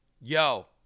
yo